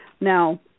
Now